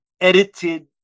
edited